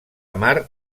mar